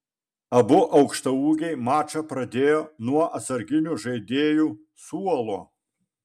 abu aukštaūgiai mačą pradėjo nuo atsarginių žaidėjų suolo